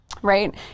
Right